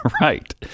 Right